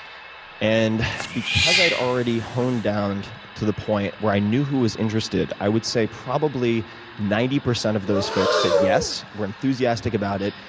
and because i'd already honed down to the point where i knew who was interested, i would say probably ninety percent of those folks said yes and were enthusiastic about it.